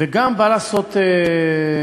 וגם בא לעשות צדק.